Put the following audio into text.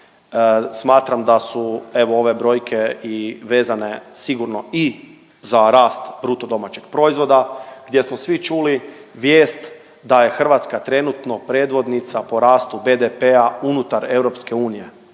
Smatram da su evo ove brojke i vezane sigurno i za rast bruto domaćeg proizvoda gdje smo svi čuli vijest da je Hrvatska trenutno predvodnica po rastu BDP-a unutar EU.